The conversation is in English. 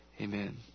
Amen